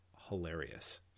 hilarious